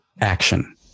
action